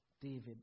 David